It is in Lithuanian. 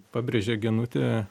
pabrėžė genutė